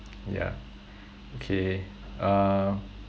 yeah okay uh